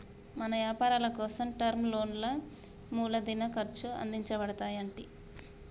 మన యపారాలకోసం టర్మ్ లోన్లా మూలదిన ఖర్చు అందించబడతాయి అంటి